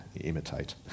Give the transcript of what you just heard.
imitate